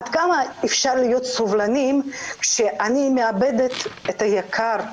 עד כמה אפשר להיות סובלניים כשאני מאבדת את היקר לי,